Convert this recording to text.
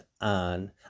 on